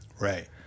Right